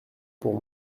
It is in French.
pour